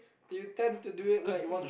you tend to do it like